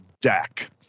deck